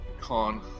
con